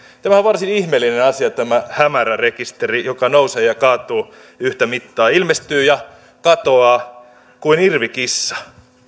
on varsin ihmeellinen asia tämä hämärärekisteri joka nousee ja kaatuu yhtä mittaa ilmestyy ja katoaa kuin irvikissa